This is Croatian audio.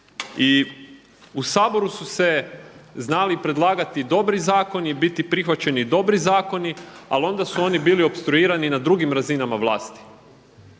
i u Saboru su se znali predlagati dobri zakoni, biti prihvaćeni dobri zakoni, ali onda su oni bili opstruirani i na drugim razinama vlasti.